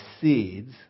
seeds